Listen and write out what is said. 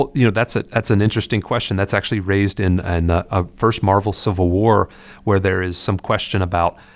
but you know, that's ah that's an interesting question. that's actually raised in and the ah first marvel civil war where there is some question about,